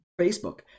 Facebook